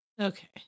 Okay